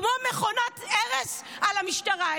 כמו מכונת הרס על המשטרה.